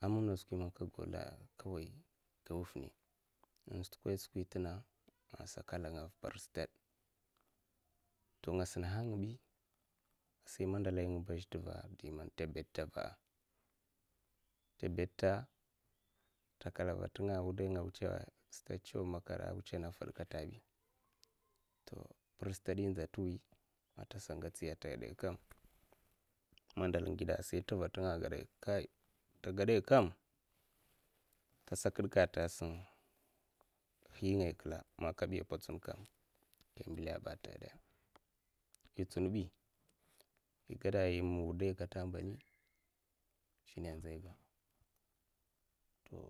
a mamna skwi man ka gwala ka wuff kawai intsikada skwi intina esa kalangava gats stad to nga sinaha nga bi. a sai mandalaingaba a zha t'va'a, d'man te batte pa'a tabatte takava tinga a: wudainga a wutsa stad, tsaw makar ara fad. to pir stad inza tuwi tasa ngatsiya a tagadaikam mandalnga ngida sai tiva tinga ta gadaikam tasa kidka a tagadsa hingaya kla ma kabi ka mbilaba a ta gadaya itsunbi igaya ma wudai kata mbali shine ai nzaiga to,